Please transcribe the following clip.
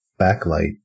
backlight